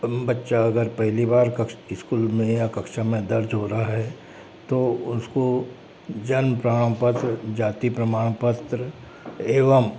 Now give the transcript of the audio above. बच्चा अगर पहली बार स्कूल में या कक्षा में दर्ज हो रहा है तो उसको जन्म प्रमाण पत्र जाति प्रमाण पत्र एवं